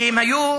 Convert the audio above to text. כי הם היו,